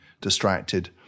distracted